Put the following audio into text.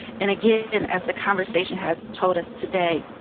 and again, and as the conversation has told us today.